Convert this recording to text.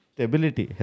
Stability